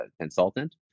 consultant